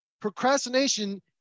procrastination